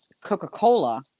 coca-cola